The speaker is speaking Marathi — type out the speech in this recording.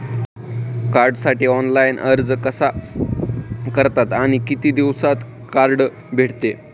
कार्डसाठी ऑनलाइन अर्ज कसा करतात आणि किती दिवसांत कार्ड भेटते?